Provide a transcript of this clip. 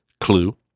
Clue